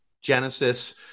Genesis